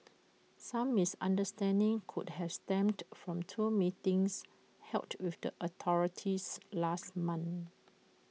some misunderstanding could have stemmed from two meetings held with the authorities last month